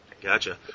Gotcha